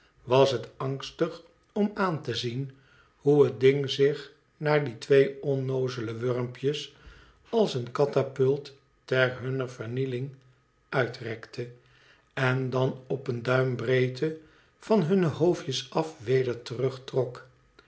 was het angstig om aan te zien hoe het ding zich naar die twee onnoozele wurropjes als een katapult ter hunner emieling uitrekte en dan op een duim breedte van hunne hoofdjes af weder